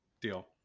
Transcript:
deal